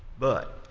but,